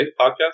podcast